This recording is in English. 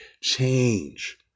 change